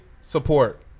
support